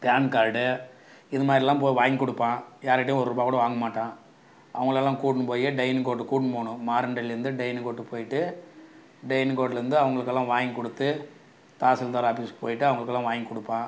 pan card இதுமாதிரிலாம் போய் வாங்கிக் கொடுப்பேன் யாருகிட்டேயும் ஒருரூபா கூட வாங்கமாட்டேன் அவங்களெல்லாம் கூட்டுன்னு போய் டெயின் கோர்ட்டுக்கு கூட்டுன்னு போகணும் மாரண்டன்லேருந்து டெயினுக்கு கூட்டு போய்ட்டு டெயின் கோர்ட்லேருந்து அவங்களுக்கெல்லாம் வாங்கிக் கொடுத்து தாசில்தார் ஆஃபிஸ் போய்ட்டு அவங்களுக்கெல்லாம் வாங்கிக் கொடுப்பேன்